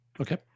Okay